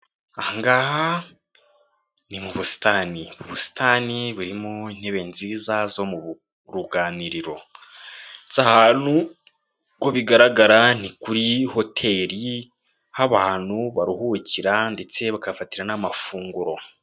Aha ngaha ni mu busitani, ubusitani burimo intebe nziza zo mu ruganiriro, aha hantu uko bigaragara ni kuri hotel, aho abantu baruhukira, ndetse bakahafatira n'amafunguro.